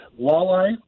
walleye